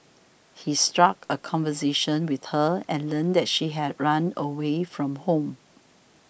he struck a conversation with her and learned that she had run away from home